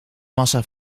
massa